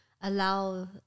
allow